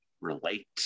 relate